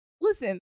Listen